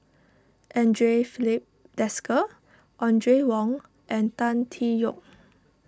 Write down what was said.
andre Filipe Desker Audrey Wong and Tan Tee Yoke